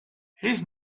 his